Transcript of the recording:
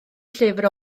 llyfr